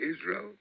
Israel